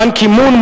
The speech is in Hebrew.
באן קי-מון,